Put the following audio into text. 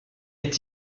est